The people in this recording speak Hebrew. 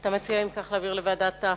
אם כך, אתה מציע להעביר לוועדת החינוך?